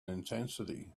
intensity